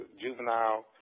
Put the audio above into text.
juvenile